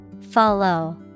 Follow